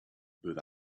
but